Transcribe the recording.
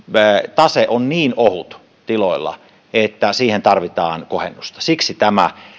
tase on niin ohut tiloilla että siihen tarvitaan kohennusta siksi tämä